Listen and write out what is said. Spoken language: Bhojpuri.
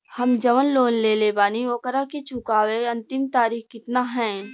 हम जवन लोन लेले बानी ओकरा के चुकावे अंतिम तारीख कितना हैं?